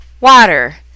water